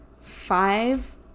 five